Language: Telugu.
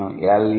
మనo ఎల్